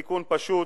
תיקון פשוט,